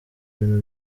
ibintu